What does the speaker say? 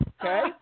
Okay